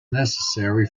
necessary